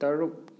ꯇꯔꯨꯛ